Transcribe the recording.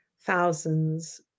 thousands